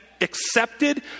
accepted